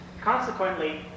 consequently